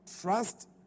trust